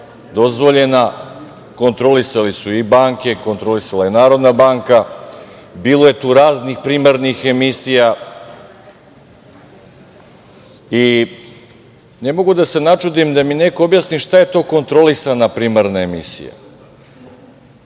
kontrolisali su i banke, kontrolisala je Narodna banka, bilo je tu raznih primarnih emisija. Ne mogu da se načudim, neka mi neko objasni šta je to kontrolisana primarna emisija,